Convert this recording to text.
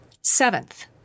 Seventh